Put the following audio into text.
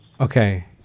Okay